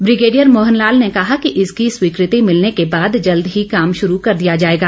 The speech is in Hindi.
ब्रिगेडियर मोहन लाल ने कहा कि इसकी स्वीकृति मिलने के बाद जल्द ही काम शुरू कर दिया जाएगा